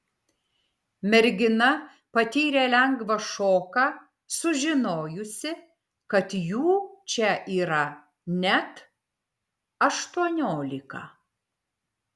mergina patyrė lengvą šoką sužinojusi kad jų čia yra net aštuoniolika